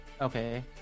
Okay